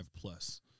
plus